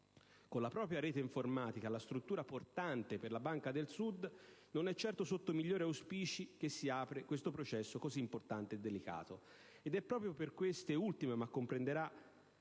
con la propria rete informatica la struttura portante per la Banca del Sud, non è certo sotto i migliori auspici che si apre questo processo così importante e delicato. Ed è proprio per queste ultime, ma - comprenderà,